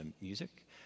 music